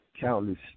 Countless